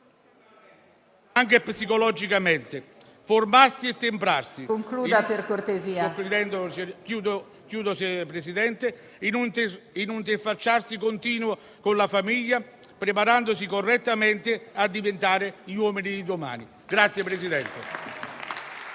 anche psicologicamente, formarsi e temprarsi, in un interfacciarsi continuo con la famiglia, preparandosi correttamente a diventare gli uomini di domani.